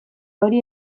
hori